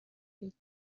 بگیم